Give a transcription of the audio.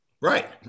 right